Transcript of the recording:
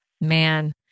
Man